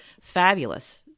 fabulous